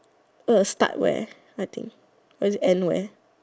start where I think or is it end where